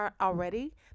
already